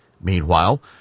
Meanwhile